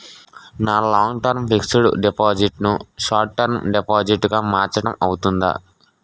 నా long term fixed deposit ను short term deposit గా మార్చటం అవ్తుందా?